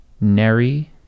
Neri